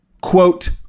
quote